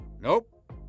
Nope